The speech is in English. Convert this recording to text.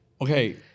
Okay